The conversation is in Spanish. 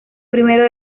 primero